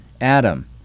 Adam